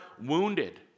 wounded